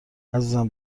عزیزم